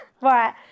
Right